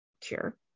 cure